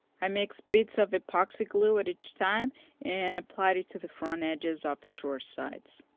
i mixed bits of epoxy glue at each time and applied it to the front edges of the drawer sides.